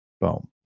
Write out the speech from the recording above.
Boom